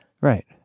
Right